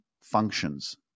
functions